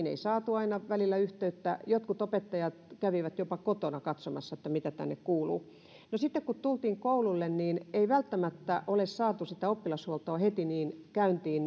ei aina välillä saatu yhteyttä jotkut opettajat kävivät jopa kotona katsomassa mitä sinne kuuluu no sitten kun tultiin koululle ei välttämättä ole saatu sitä oppilashuoltoa heti käyntiin